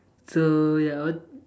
so ya what